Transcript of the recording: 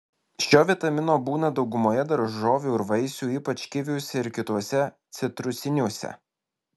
šio vitamino būna daugumoje daržovių ir vaisių ypač kiviuose ir kituose citrusiniuose